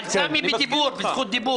אבל סמי בזכות דיבור.